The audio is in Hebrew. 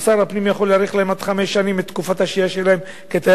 כששר הפנים יכול להאריך להם עד חמש שנים את תקופת השהייה שלהם כתייר,